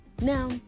Now